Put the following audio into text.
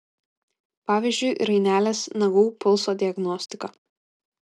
pavyzdžiui rainelės nagų pulso diagnostika